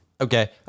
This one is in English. okay